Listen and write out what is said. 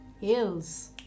hills